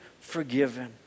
forgiven